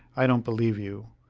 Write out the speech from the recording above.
i don't believe you.